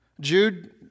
Jude